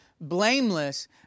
blameless